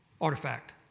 artifact